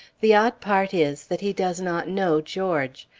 the odd part is, that he does not know george.